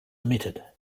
omitted